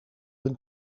hun